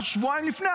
שבועיים לפני,